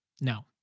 No